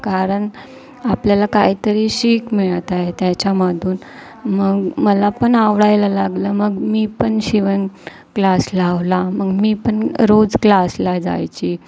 कारण आपल्याला काहीतरी शिक मिळत आहे त्याच्यामधून मग मला पण आवडायला लागलं मग मी पण शिवण क्लास लावला मग मी पण रोज क्लासला जायची